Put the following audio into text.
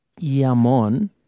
yamon